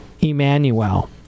Emmanuel